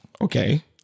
Okay